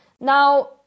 Now